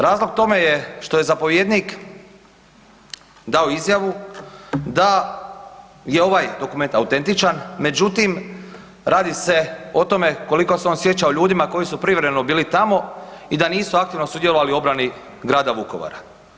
Razlog tome je što je zapovjednik dao izjavu da je ovaj dokument autentičan, međutim radi se o tome koliko se on sjeća o ljudima koji su privremeno bili tamo i da nisu aktivno sudjelovali u obrani grada Vukovara.